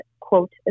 quote